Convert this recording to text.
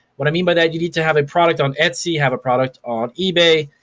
what i mean by that, you need to have a product on etsy, have a product on ebay,